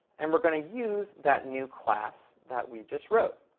and we're going to use that new class that we just wrote.